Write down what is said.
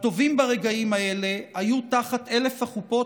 הטובים ברגעים האלה היו תחת 1,000 החופות